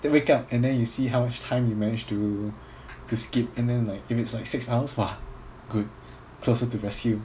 then wake up and then you see how much time you managed to to skip and then like if it's like six hours !wah! good closer to rescue